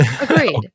Agreed